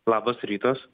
labas rytas